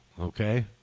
okay